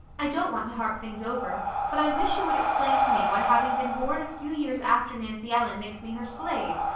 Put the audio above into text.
i don't want to harp things over but i wish you would explain to me why having been born a few years after nancy ellen makes me her slave,